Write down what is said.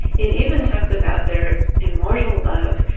it even talks about their immortal love,